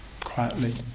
quietly